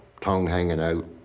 tongue hanging out